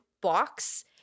box